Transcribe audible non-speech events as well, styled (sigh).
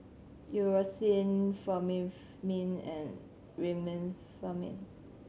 Eucerin (unintelligible) Remifemin and Remifemin